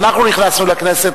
כשאנחנו נכנסנו לכנסת,